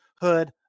Hood